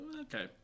okay